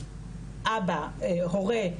אבא הורה,